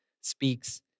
speaks